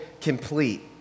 Complete